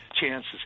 chances